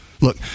Look